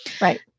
Right